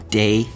day